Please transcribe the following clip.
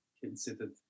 considered